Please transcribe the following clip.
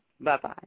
Bye-bye